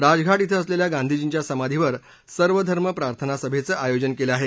राजघाट क्रे असलेल्या गांधीर्जीच्या समाधीवर सर्वधर्म प्रार्थना सभेचं आयोजन केलं आहे